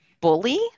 bully